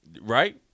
Right